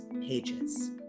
pages